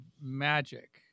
Magic